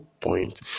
point